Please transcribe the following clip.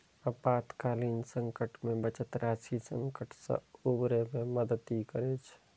आपातकालीन संकट मे बचत राशि संकट सं उबरै मे मदति करै छै